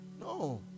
no